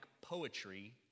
poetry